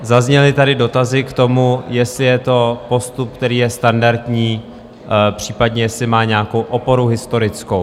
Zazněly tady dotazy k tomu, jestli je to postup, který je standardní, případně jestli má nějakou oporu historickou.